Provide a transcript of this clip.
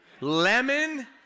Lemon